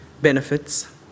benefits